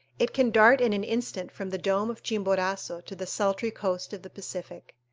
it can dart in an instant from the dome of chimborazo to the sultry coast of the pacific.